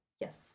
Yes